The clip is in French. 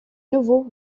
nouveau